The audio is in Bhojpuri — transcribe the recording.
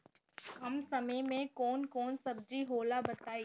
कम समय में कौन कौन सब्जी होला बताई?